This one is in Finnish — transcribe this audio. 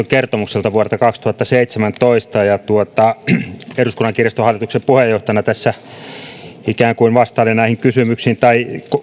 kertomuksesta vuodelta kaksituhattaseitsemäntoista eduskunnan kirjaston hallituksen puheenjohtajana ikään kuin tässä vastailen näihin kysymyksiin tai